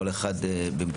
כל אחד במקומו,